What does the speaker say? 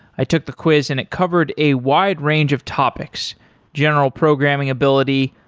i took the quiz and it covered a wide range of topics general programming ability,